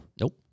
Nope